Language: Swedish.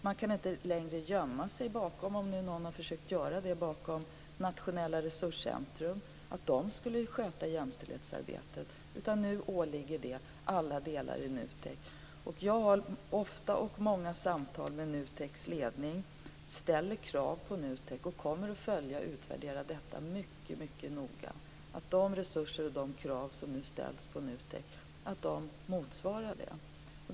Man kan inte längre gömma sig bakom Nationellt resurscentrum - om nu någon har försökt att göra det - och kräva att det skulle sköta jämställdhetsarbetet. Nu åligger detta alla delar i NUTEK. Jag har ofta och många samtal med NUTEK:s ledning. Jag ställer krav på NUTEK och kommer att följa och utvärdera detta mycket noga så att de resurser som ställs till förfogande och de krav som ställs på NUTEK motsvarar detta.